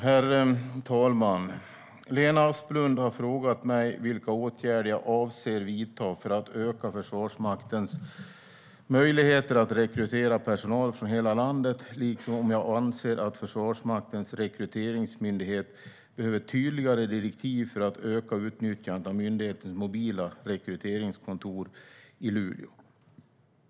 Herr talman! Lena Asplund har frågat mig vilka åtgärder jag avser att vidta för att öka Försvarsmaktens möjligheter att rekrytera personal från hela landet liksom om jag anser att Försvarsmaktens rekryteringsmyndighet behöver tydligare direktiv för att öka utnyttjandet av myndighetens mobila rekryteringskontor i Luleå.